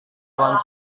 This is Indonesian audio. uang